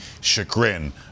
chagrin